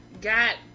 got